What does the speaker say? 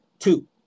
Two